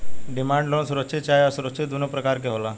demand loan सुरक्षित चाहे असुरक्षित दुनो प्रकार के होला